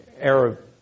Arab